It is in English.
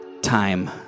time